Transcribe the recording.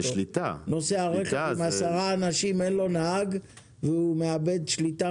נוסע רכב עם 10 אנשים ואין לו נהג והוא מאבד שליטה,